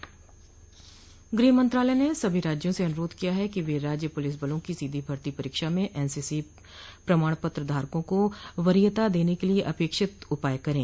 गृह मंत्रालय ने सभी राज्यों से अनुरोध किया है कि वे राज्य पुलिस बलों की सीधी भर्ती परीक्षा में एनसीसी प्रमाण पत्र धारकों को वरीयता देने के लिये अपेक्षित उपाय करें